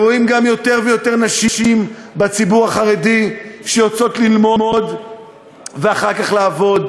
רואים גם יותר ויותר נשים בציבור החרדי שיוצאות ללמוד ואחר כך לעבוד.